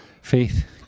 Faith